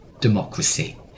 democracy